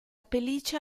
pelliccia